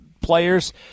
players